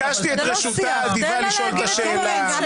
תעצרו את החקיקה.